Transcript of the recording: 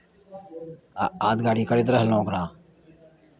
आ यादगारी करैत रहलहुँ ओकरा